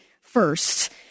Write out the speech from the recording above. first